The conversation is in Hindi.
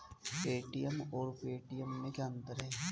ए.टी.एम और पेटीएम में क्या अंतर है?